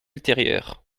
ultérieurs